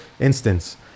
instance